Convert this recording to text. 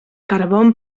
carbón